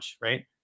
Right